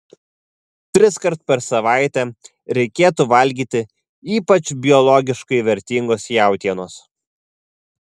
triskart per savaitę reikėtų valgyti ypač biologiškai vertingos jautienos